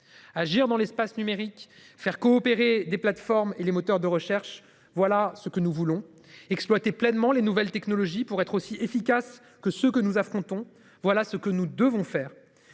Agir dans l'espace numérique faire coopérer des plateformes et les moteurs de recherche. Voilà ce que nous voulons exploiter pleinement les nouvelles technologies pour être aussi efficace que ce que nous affrontons. Voilà ce que nous devons faire.